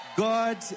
God